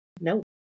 No